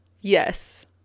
Yes